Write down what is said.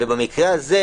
ובמקרה הזה,